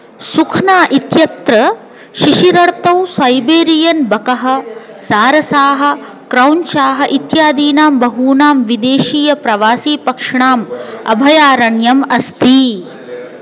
सुख्ना इत्यत्र शिशिरर्तौ सैबेरियन् बकः सारसाः क्रौञ्चाः इत्यादीनां बहूनां विदेशीयप्रवासीपक्षिणाम् अभयारण्यम् अस्ति